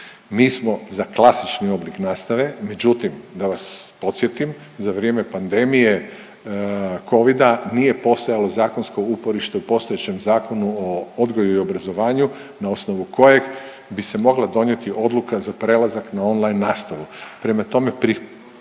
Mi smo za klasični oblik nastave, međutim da vas podsjetim za vrijeme pandemije Covida nije postojalo zakonsko uporište u postojećem zakonu o odgoju i obrazovanju na osnovu kojeg bi se mogla donijeti odluka za prelazak na online nastavu.